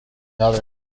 other